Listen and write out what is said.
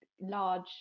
large